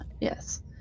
yes